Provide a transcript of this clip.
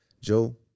Joe